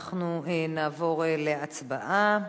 אנחנו נעבור להצבעה.